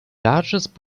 largest